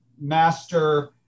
Master